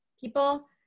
people